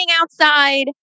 outside